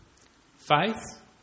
Faith